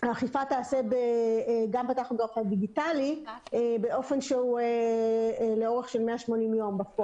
האכיפה תיעשה גם בטכוגרף הדיגיטלי באופן שהוא לאורך 180 יום בפועל.